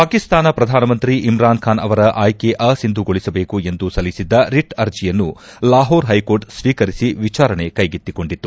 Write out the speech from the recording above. ಪಾಕಿಸ್ತಾನ ಪ್ರಧಾನ ಮಂತ್ರಿ ಇಮ್ರಾನ್ ಖಾನ್ ಅವರ ಆಯ್ಲೆ ಅಸಿಂಧುಗೊಳಿಸಬೇಕು ಎಂದು ಸಲ್ಲಿಸಿದ್ದ ರಿಟ್ ಅರ್ಜಿಯನ್ನು ಲಾಹೋರ್ ಹೈಕೋರ್ಟ್ ಸ್ವೀಕರಿಸಿ ವಿಚಾರಣೆ ಕೈಗೆತ್ತಿಕೊಂಡಿತ್ತು